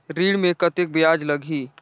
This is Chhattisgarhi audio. ऋण मे कतेक ब्याज लगही?